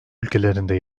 ülkelerinde